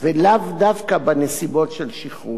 ולאו דווקא בנסיבות של שכרות.